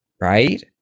right